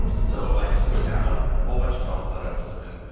so, i just put down a whole bunch of films, that i've just been